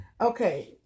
Okay